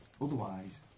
Otherwise